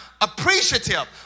appreciative